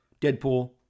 Deadpool